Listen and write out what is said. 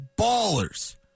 ballers